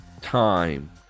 time